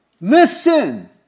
listen